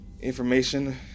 information